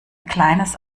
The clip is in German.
kleines